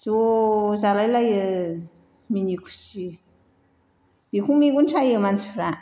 ज' जालायलायो मिनिखुसि बेखौनो मेग'न सायो मानसिफ्रा